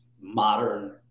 modern